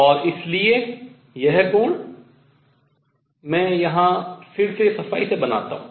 और इसलिए यह कोण मैं इसे यहाँ फिर से सफाई से बनाता हूँ